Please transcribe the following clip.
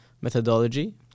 methodology